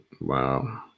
Wow